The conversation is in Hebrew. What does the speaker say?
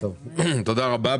תודה רבה.